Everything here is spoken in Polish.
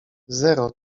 zero